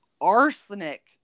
arsenic